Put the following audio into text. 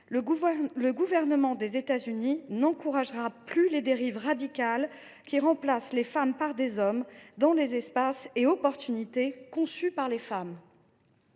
Le gouvernement des États Unis n’encouragera plus les idéologies radicales qui remplacent les femmes par des hommes dans les espaces conçus pour les femmes